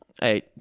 hey